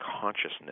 consciousness